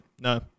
no